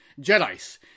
Jedi's